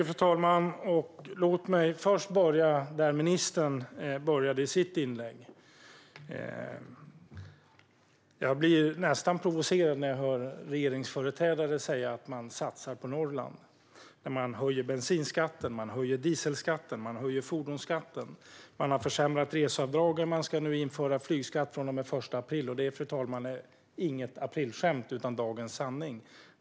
Fru talman! Låt mig först börja där ministern började sitt inlägg. Jag blir nästan provocerad när jag hör regeringsföreträdare säga att man satsar på Norrland. Bensinskatten, dieselskatten och fordonsskatten höjs. Man har försämrat reseavdragen, och man ska nu införa flygskatt från och med den 1 april. Det är inget aprilskämt, fru talman, utan dagens sanning.